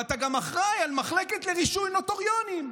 ואתה גם אחראי למחלקת רישוי נוטריונים.